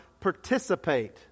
participate